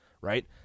right